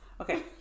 Okay